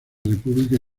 república